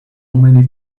many